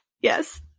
Yes